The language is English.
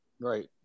Right